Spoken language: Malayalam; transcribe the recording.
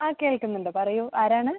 ആ കേൾക്കുന്നുണ്ട് പറയൂ ആരാണ്